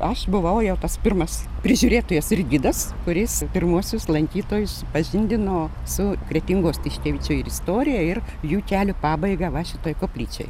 aš buvau jo pats pirmas prižiūrėtojas ir gidas kuris pirmuosius lankytojus pažindino su kretingos tiškevičių ir istorija ir jų kelio pabaiga va šitoj koplyčioj